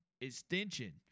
extension